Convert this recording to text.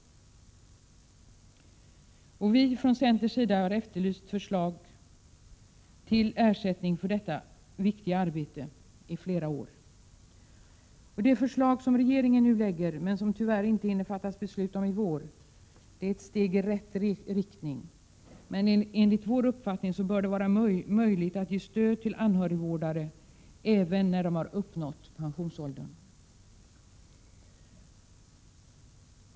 Vi har från centerns sida i flera år efterlyst förslag om ersättning för detta viktiga arbete. Det förslag regeringen nu lägger fram, som vi tyvärr inte hinner fatta beslut om i vår, är ett steg i rätt riktning. Enligt vår uppfattning bör det dessutom vara möjligt att ge stöd till anhörigvårdare även när de uppnått pensionsåldern.